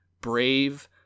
Brave